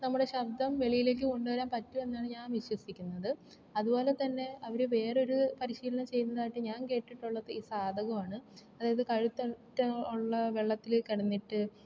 നമ്മുടെ ശബ്ദം വെളിയിലേക്ക് കൊണ്ടുവരാന് പറ്റും എന്നാണ് ഞാന് വിശ്വസിക്കുന്നത് അതുപോലെ തന്നെ അവര് വേറൊരു പരിശീലനം ചെയ്യുന്നതായിട്ട് ഞാന് കേട്ടിട്ടുള്ളത് ഈ സാധകം ആണ് അതായത് കഴുത്തറ്റം ഉള്ള വെള്ളത്തില് കിടന്നിട്ട്